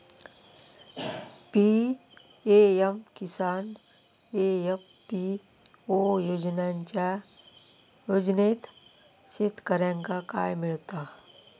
PM Kisan FPO योजनाच्यात शेतकऱ्यांका काय मिळता?